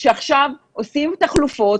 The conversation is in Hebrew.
לכן אני חושבת שכדאי שנפסיק לדבר על סגר שלישי.